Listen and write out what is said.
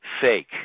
fake